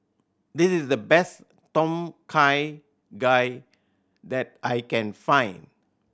this is the best Tom Kha Gai that I can find